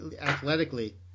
athletically